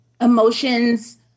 emotions